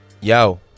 yo